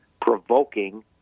provoking